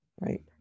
right